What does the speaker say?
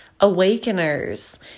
awakeners